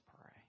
pray